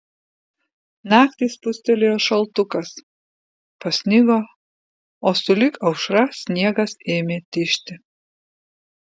naktį spustelėjo šaltukas pasnigo o sulig aušra sniegas ėmė tižti